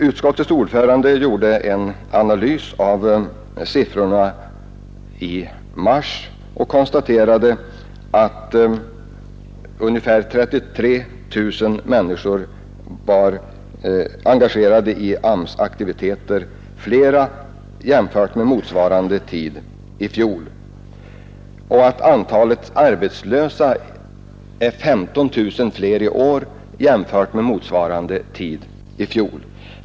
Utskottets ordförande gjorde en analys av siffrorna för mars i år och konstaterade att antalet människor engagerade i AMS-aktivitet var ungefär 33 000 flera än under motsvarande tidpunkt i fjol och att antalet arbetslösa är 15 000 flera i mars i år jämfört med motsvarande tidpunkt i fjol.